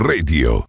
Radio